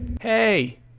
Hey